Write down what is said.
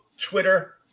Twitter